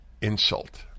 insult